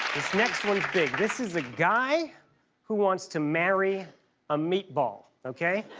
next one's big. this is a guy who wants to marry a meatball, okay?